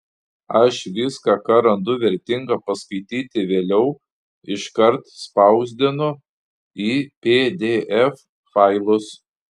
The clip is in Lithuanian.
aš viską ką randu vertinga paskaityti vėliau iškart spausdinu į pdf failus